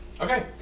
Okay